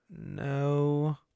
No